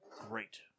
great